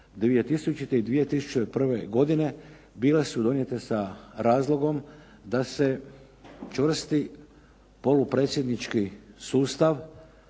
2000. i 2001. godine bile su donijete sa razlogom da se čvrsti polupredsjednički sustav